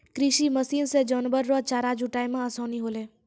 कृषि मशीन से जानवर रो चारा जुटाय मे आसानी होलै